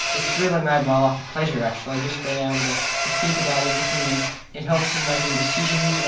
it's really made my life a pleasure actually, just being able to to think about everything and it helps in making decisions, you know,